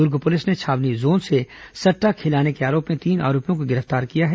दुर्ग police ने Chhawani zone से सट्टा खेलाने के आरोप में तीन आरोपियों को गिरफ्तार किया है